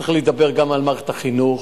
צריך לדבר גם על מערכת החינוך,